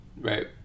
Right